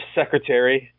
secretary